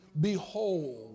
Behold